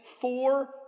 four